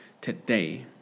today